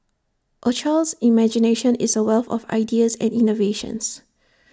A child's imagination is A wealth of ideas and innovations